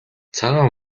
цагаан